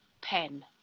pen